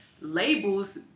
labels